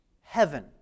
heaven